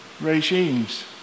regimes